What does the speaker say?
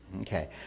Okay